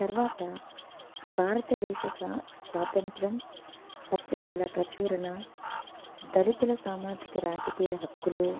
తరువాత భారతదేశ సా స్వాతంత్రం పత్రికల ప్రచూరణ దళితుల సామాజిక రాజకీయ హక్కులు